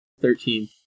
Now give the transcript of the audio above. thirteen